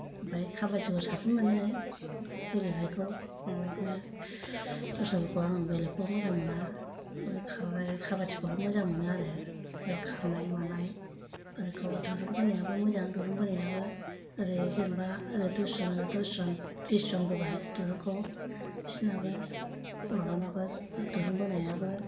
ओमफाय खाबादिखौ साबसिन मोनो गेलेनायखौ ओमफ्राय बिदिनो दस्राफोरखौ आं बेलेगखौ मोजां मोना ओमफ्राय खारनाय खाबादिखौल' मोजां मोनो आरो बे खारनाय मानाय बेरखम दुरुं बोनायाबो मोजां दुरुं बोनायाबो ओरै जेनबा ओरै दसजन ओरै दसजन बिसजन बोबाय दुरुंखौ बिसिनाबो माबानाबो दुरुं बोनायाबो